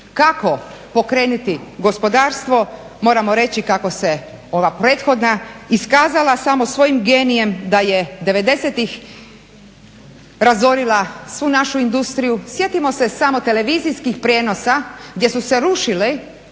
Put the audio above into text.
kako pokrenuti gospodarstvo, moramo reći kako se ova prethodna iskazala samo svojim genijem da je '90.-tih razorila svu našu industriju. Sjetimo se samo televizijskih prijenosa gdje su se rušile